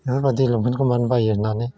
बेफोरबायदि लंफेनखौ मानो बायो होन्नानै